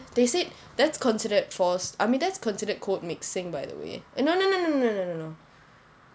they said that's considered forced I mean that's considered code mixing by the way oh no no no no no